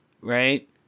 right